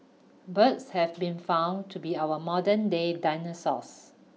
birds have been found to be our modernday dinosaurs